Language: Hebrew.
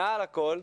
מעל הכול,